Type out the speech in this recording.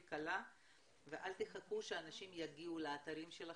קלה ואל תחכו שאנשים יגיעו לאתרים שלכם,